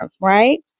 Right